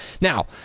Now